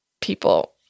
people